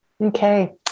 Okay